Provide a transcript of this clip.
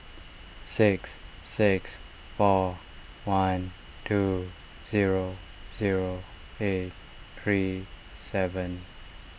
six six four one two zero zero eight three seven